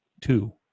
two